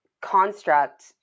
construct